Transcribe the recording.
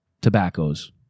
tobaccos